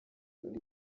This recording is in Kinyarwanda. muri